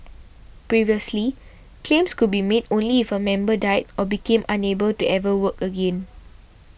previously claims could be made only if a member died or became unable to ever work again